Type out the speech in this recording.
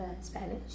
Spanish